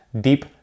deep